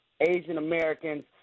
Asian-Americans –